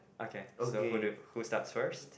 okay so who do who starts first